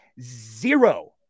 zero